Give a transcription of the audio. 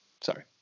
sorry